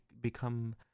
become